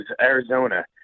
Arizona